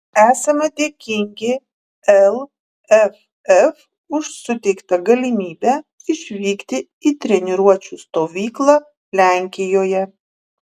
esame dėkingi lff už suteiktą galimybę išvykti į treniruočių stovyklą lenkijoje